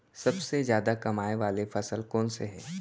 सबसे जादा कमाए वाले फसल कोन से हे?